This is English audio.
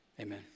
amen